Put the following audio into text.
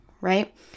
right